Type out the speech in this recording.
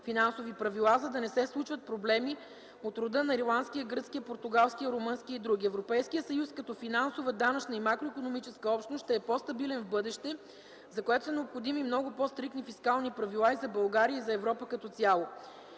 финансови правила, за да не се случват проблеми от рода на ирландския, гръцкия, португалски, румънския и др. Европейският съюз като финансова, данъчна и макроикономическа общност, ще е по-стабилен в бъдеще, за което са необходими много по-стриктни фискални правила и за България, и за Европа като цяло.